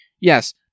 yes